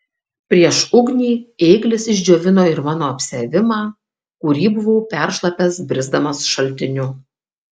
prieš ugnį ėglis išdžiovino ir mano apsiavimą kurį buvau peršlapęs brisdamas šaltiniu